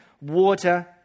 water